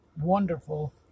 wonderful